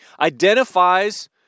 identifies